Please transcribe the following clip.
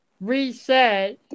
reset